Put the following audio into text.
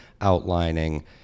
outlining